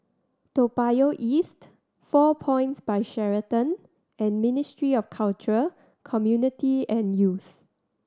Toa Payoh East Four Points By Sheraton and Ministry of Culture Community and Youth